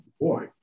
boy